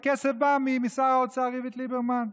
הכסף בא משר האוצר איווט ליברמן.